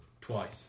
twice